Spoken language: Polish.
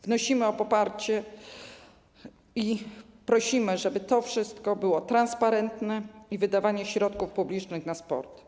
Wnosimy o poparcie i prosimy, żeby to wszystko było transparentne, jeśli chodzi o wydawanie środków publicznych na sport.